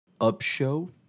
upshow